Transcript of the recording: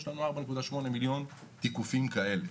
יש 4.8 מיליון תיקופים כאלה.